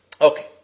Okay